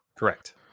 Correct